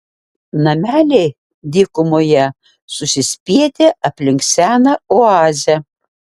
nameliai dykumoje susispietę aplink seną oazę